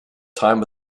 time